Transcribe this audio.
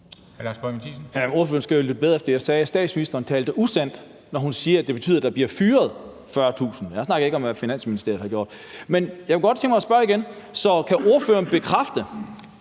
Lars Boje Mathiesen (NB): Ordføreren skal høre bedre efter. Jeg sagde, at statsministeren taler usandt, når hun siger, at det betyder, at der bliver fyret 40.000. Jeg snakker ikke om, hvad Finansministeriet har gjort. Men jeg kunne godt tænke mig at spørge igen: Kan ordføreren bekræfte,